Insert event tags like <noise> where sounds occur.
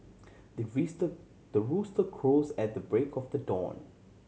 the <unintelligible> the rooster crows at the break of dawn